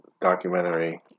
documentary